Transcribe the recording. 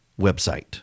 website